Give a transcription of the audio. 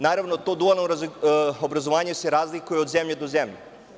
Naravno, to dualno obrazovanje se razlikuje od zemlje do zemlje.